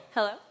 Hello